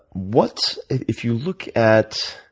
what, if you look at